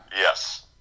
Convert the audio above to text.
Yes